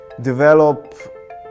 develop